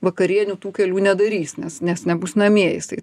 vakarienių tų kelių nedarys nes nes nebus namie jisai